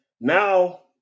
now